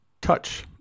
touch